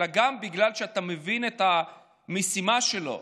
אלא גם בגלל שאתה מבין את המשימה שלו,